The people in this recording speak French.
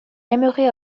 aimerait